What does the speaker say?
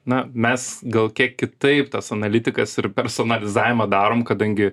na mes gal kiek kitaip tas analitikas ir personalizavimą darom kadangi